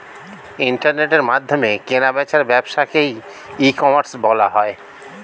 ইন্টারনেটের মাধ্যমে কেনা বেচার ব্যবসাকে ই কমার্স বলা হয়